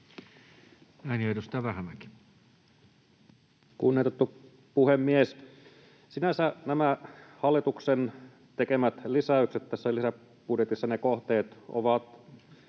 17:35 Content: Kunnioitettu puhemies! Sinänsä nämä hallituksen tekemät lisäykset tässä lisäbudjetissa, ne kohteet, ovat